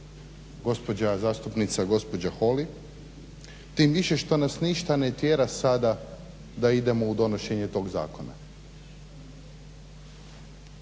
gospođa zastupnica Holy tim više što nas ništa ne tjera sada da idemo u donošenje tog zakona.